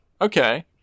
Okay